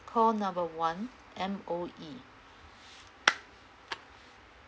call number one M_O_E